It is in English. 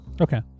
Okay